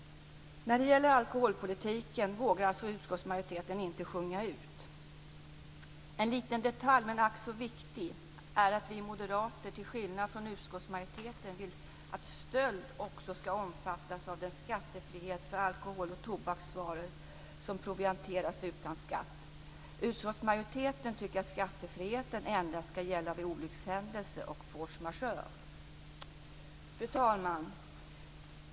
När det gäller alkoholpolitiken vågar utskottsmajoriteten alltså inte sjunga ut. En liten detalj - men ack så viktig - är att vi moderater, till skillnad från utskottsmajoriteten, vill att också stöld ska omfattas av skattefrihet för alkohol och tobaksvaror som provianteras utan skatt. Utskottsmajoriteten tycker att skattefriheten endast ska gälla för olyckshändelse och vid force majeure. Fru talman!